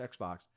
Xbox